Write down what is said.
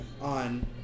on